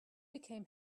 became